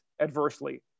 adversely